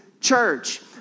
church